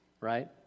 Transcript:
right